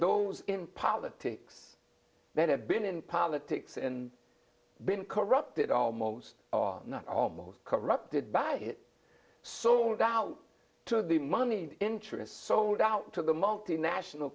those in politics that have been in politics and been corrupted almost not almost corrupted by it so now to the money interests sold out to the multinational